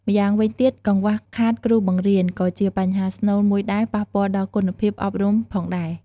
ម្យ៉ាងវិញទៀតកង្វះខាតគ្រូបង្រៀន ក៏ជាបញ្ហាស្នូលមួយដែលប៉ះពាល់ដល់គុណភាពអប់រំផងដែរ។